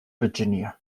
virginia